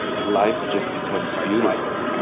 life just becomes beautiful.